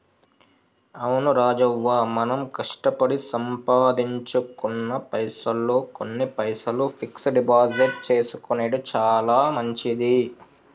అవును రాజవ్వ మనం కష్టపడి సంపాదించుకున్న పైసల్లో కొన్ని పైసలు ఫిక్స్ డిపాజిట్ చేసుకొనెడు చాలా మంచిది